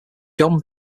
john